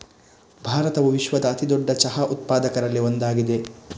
ಭಾರತವು ವಿಶ್ವದ ಅತಿ ದೊಡ್ಡ ಚಹಾ ಉತ್ಪಾದಕರಲ್ಲಿ ಒಂದಾಗಿದೆ